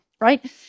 Right